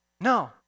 No